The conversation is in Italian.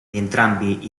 entrambi